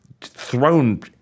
thrown